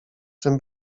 czym